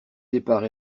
départ